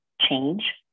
change